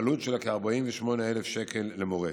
בעלות של כ-48,000 שקל למורה.